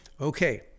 okay